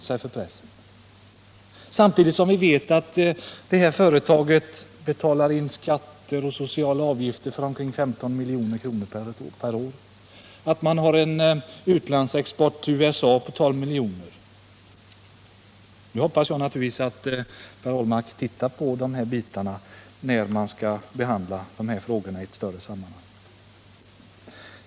Samtidigt vet vi att det här företaget betalar in skatter och sociala avgifter för 15 milj.kr. per år och att företaget har en export till USA på 12 miljoner. Nu hoppas jag naturligtvis att Per Ahlmark tittar på de här bitarna när frågorna skall behandlas i ett större sammanhang.